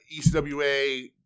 ECWA